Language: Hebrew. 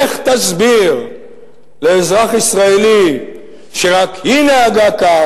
לך תסביר לאזרח ישראלי שרק היא נהגה כך,